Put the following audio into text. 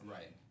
Right